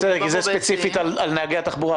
שר התחבורה זה ספציפית לגבי נהגי חברות ההסעה,